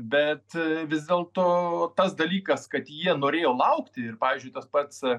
bet vis dėlto tas dalykas kad jie norėjo laukti ir pavyzdžiui tas pats